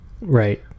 Right